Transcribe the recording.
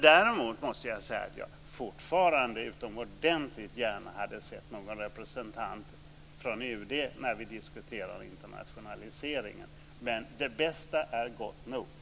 Däremot måste jag säga att jag fortfarande utomordentligt gärna hade sett någon representant från UD när vi diskuterar internationaliseringen. Men det bästa är gott nog!